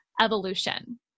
evolution